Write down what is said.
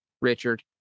Richard